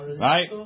right